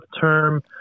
term